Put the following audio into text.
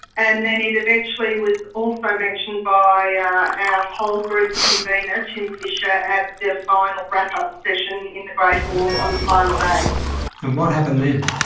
and then it eventually was also mentioned by ah our whole-group convenor, tim fischer, at the final wrap-up session in the great hall on the final and what happened then?